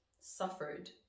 suffered